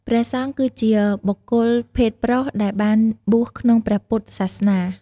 ព្រះសង្ឃ គឺជាបុគ្គលភេទប្រុសដែលបានបួសក្នុងព្រះពុទ្ធសាសនា។